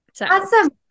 Awesome